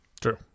True